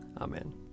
Amen